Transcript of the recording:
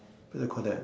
where you call that